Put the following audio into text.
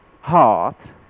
heart